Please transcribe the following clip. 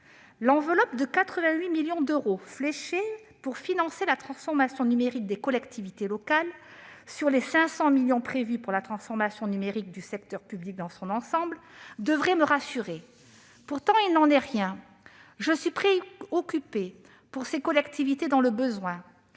L'enveloppe de 88 millions d'euros fléchée pour financer la transformation numérique des collectivités locales, sur les 500 millions d'euros prévus pour la transformation numérique du secteur public dans son ensemble, devrait me rassurer. Pourtant, il n'en est rien et je suis préoccupée pour ces collectivités dans le besoin.